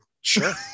sure